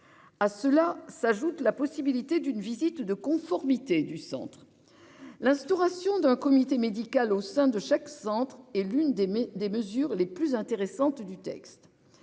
À cela s'ajoute la possibilité d'une visite de conformité du Centre. L'instauration d'un comité médical au sein de chaque centre est l'une des mais des mesures les plus intéressantes du texte,